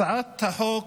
הצעת החוק